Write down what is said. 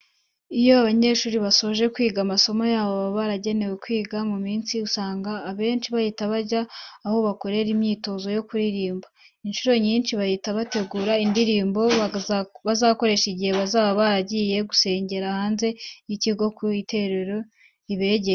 Iyo abanyeshuri basoje kwiga amasomo yabo baba baragenewe kwiga ku munsi usanga abenshi bahita bajya aho bakorera imyitozo yo kuririmba. Inshuro nyinshi bahita bategura indirimbo bazakoresha igihe bazaba bagiye gusengera hanze y'ikigo ku itorero ribegereye.